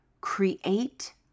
create